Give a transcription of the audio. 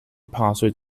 password